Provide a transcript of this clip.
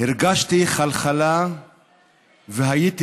הרגשתי חלחלה והייתי